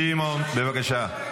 סימון, בבקשה.